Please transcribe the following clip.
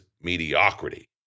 mediocrity